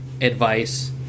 advice